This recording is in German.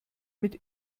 mit